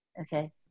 okay